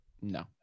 No